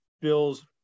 Bill's